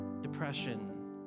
depression